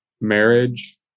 marriage